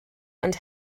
and